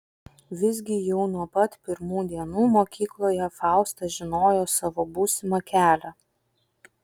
visgi jau nuo pat pirmų dienų mokykloje fausta žinojo savo būsimą kelią